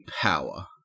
power